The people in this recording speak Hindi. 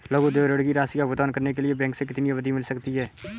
लघु उद्योग ऋण की राशि का भुगतान करने के लिए बैंक से कितनी अवधि मिल सकती है?